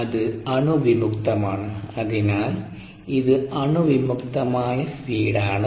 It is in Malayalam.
അത് അണുവിമുക്തമാണ് അതിനാൽ ഇത് അണുവിമുക്തമായ ഫീഡ് ആണ്